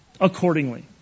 accordingly